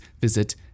visit